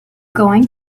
going